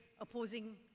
opposing